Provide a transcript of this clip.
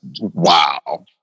Wow